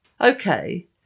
Okay